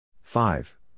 Five